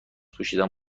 پوشیدن